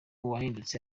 wahindutse